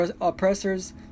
Oppressors